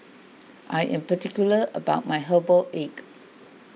I am particular about my Herbal Egg